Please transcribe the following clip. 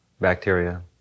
bacteria